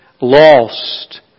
lost